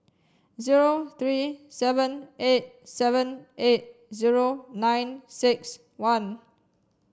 zero three seven eight seven eight zero nine six one